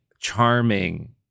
charming